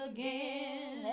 Again